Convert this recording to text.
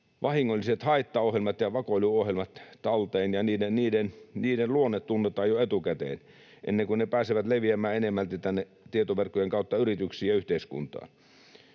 vahingolliset haittaohjelmat ja vakoiluohjelmat talteen ja että niiden luonne tunnetaan jo etukäteen, ennen kuin ne pääsevät leviämään enemmälti tietoverkkojen kautta yrityksiin ja yhteiskuntaan.